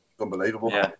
unbelievable